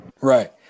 Right